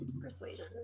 persuasion